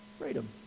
freedom